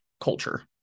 culture